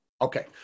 Okay